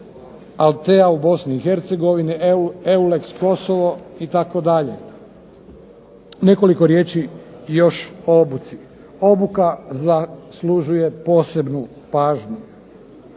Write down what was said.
ALTEA u Bosni i Hercegovini, Eulex Kosovo itd. Nekoliko riječi još o obuci. Obuka zaslužuje posebnu pažnju,